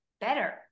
better